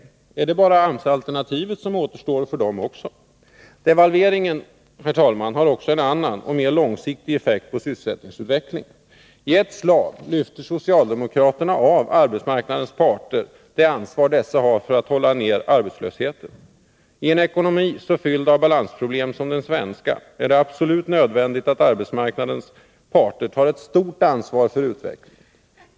Blir AMS det enda alternativ som återstår också för dem? Herr talman! Devalveringen har också en annan och mer långsiktig effekt på sysselsättningsutvecklingen. I ett slag lyfter socialdemokraterna av arbetsmarknadens parter det ansvar dessa har för att hålla nere arbetslösheten. I en ekonomi så fylld av balansproblem som den svenska är det absolut nödvändigt att arbetsmarknadens parter tar ett stort ansvar för utvecklingen.